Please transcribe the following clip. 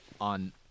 on